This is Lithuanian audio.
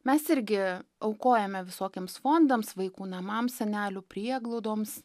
mes irgi aukojame visokiems fondams vaikų namams senelių prieglaudoms